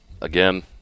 Again